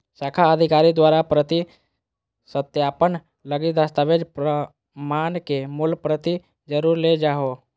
शाखा अधिकारी द्वारा प्रति सत्यापन लगी दस्तावेज़ प्रमाण के मूल प्रति जरुर ले जाहो